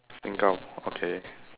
Singap~ okay